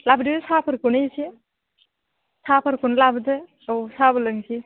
लाबोदो साहाफोरखौनो एसे साहाफोरखौनो लाबोदो औ साहाबो लोंनोसै